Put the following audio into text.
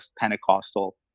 Pentecostal